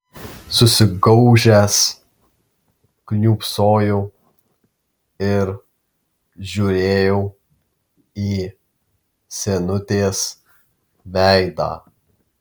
susigaužęs kniūbsojau ir žiūrėjau į senutės veidą